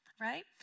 Right